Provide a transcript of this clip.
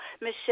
michelle